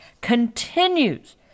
continues